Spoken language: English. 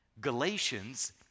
Galatians